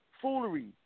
Foolery